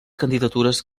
candidatures